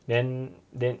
then then